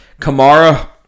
Kamara